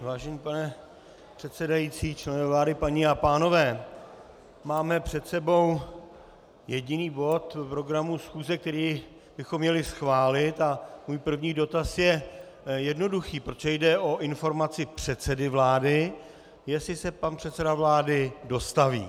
Vážený pane předsedající, členové vlády, paní a pánové, máme před sebou jediný bod programu schůze, který bychom měli schválit, a můj první dotaz je jednoduchý: protože jde o informaci předsedy vlády, jestli se pan předseda vlády dostaví.